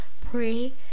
Pray